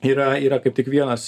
yra yra kaip tik vienas